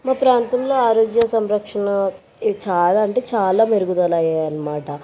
మా ప్రాంతంలో ఆరోగ్య సంరక్షణ చాలా అంటే చాలా మెరుగుదలయ్యాయి అన్నమాట